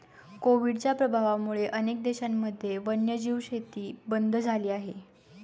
कोविडच्या प्रभावामुळे अनेक देशांमध्ये वन्यजीव शेती बंद झाली आहे